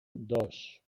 dos